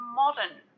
modern